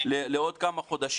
לעוד כמה חודשים.